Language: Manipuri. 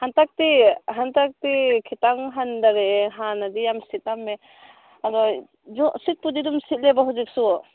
ꯍꯟꯗꯛꯇꯤ ꯈꯤꯇꯪ ꯍꯟꯗꯔꯛꯑꯦ ꯍꯥꯟꯅꯗꯤ ꯌꯥꯝ ꯁꯤꯠꯂꯝꯃꯦ ꯑꯗꯣ ꯁꯤꯠꯄꯨꯗꯤ ꯑꯗꯨꯝ ꯁꯤꯠꯂꯦꯕ ꯍꯧꯖꯤꯛꯁꯨ